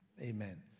Amen